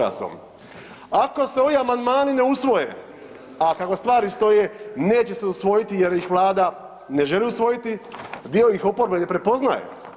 Ako se ovi amandmani ne usvoje, a kako stvari stoje neće se usvojiti jer ih vlada ne želi usvojiti, dio ih oporbe ne prepoznaje.